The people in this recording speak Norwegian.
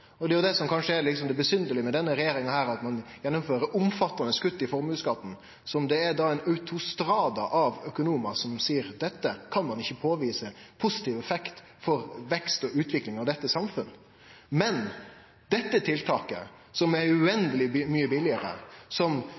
Det er jo det som kanskje er det besynderlege med denne regjeringa, at ein gjennomfører omfattande kutt i formuesskatten, som det er ein autostrada av økonomar som seier at ein ikkje kan påvise positiv effekt av når det gjeld vekst og utvikling av dette samfunnet. Men dette tiltaket, som er uendeleg mykje billegare, som Helsedirektoratet og forskarar på rad og rekkje peikar på, og som